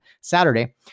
Saturday